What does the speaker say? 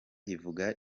ivuga